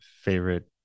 favorite